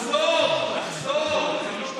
תחזור, תחזור למשפט האחרון.